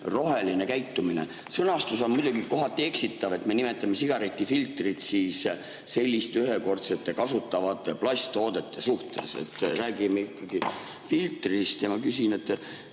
roheline käitumine? Sõnastus on muidugi kohati eksitav, me nimetame sigaretifiltrit selliste ühekordselt kasutatavate plasttoodete seas. Räägime ikkagi filtrist. Ma küsin: